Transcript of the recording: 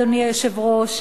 אדוני היושב-ראש,